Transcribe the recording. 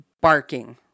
barking